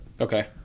Okay